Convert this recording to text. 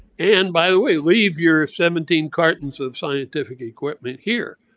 and by the way, leave your seventeen cartons of scientific equipment here.